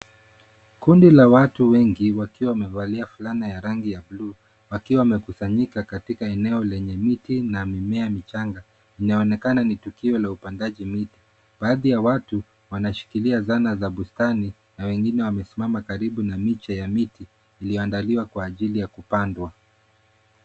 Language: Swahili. Kundi la watu wengi wakiwa wamevalia fulana ya rangi ya buluu wakiwa wamekusanyika katika eneo lenye miti na mimea michanga. Inaonekana ni tukio la upandaji miti. Baadhi ya watu wanashikilia zana za bustani na wengine wamesimama karibu na miche ya miti iliyoandaliwa kwa ajili ya kupandwa.